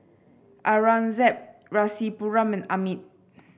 Aurangzeb Rasipuram and Amit